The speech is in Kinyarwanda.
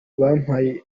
bampaye